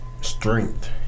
strength